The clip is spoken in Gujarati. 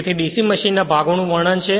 તેથી DC મશીનના ભાગોનું વર્ણન છે